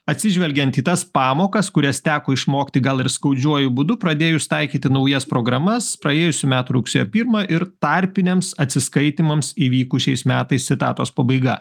atsižvelgiant į tas pamokas kurias teko išmokti gal ir skaudžiuoju būdu pradėjus taikyti naujas programas praėjusių metų rugsėjo pirmą ir tarpiniams atsiskaitymams įvykus šiais metais citatos pabaiga